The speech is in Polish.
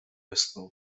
westchnął